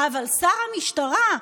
אבל שר המשטרה,